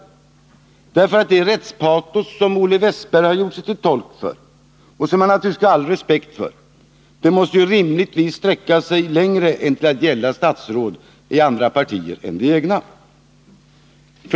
Det rättspatos som Olle Wästberg visat, och som han naturligtvis skall åtnjuta respekt för, måste rimligtvis sträcka sig längre än till att gälla statsråd i andra partier än det egna.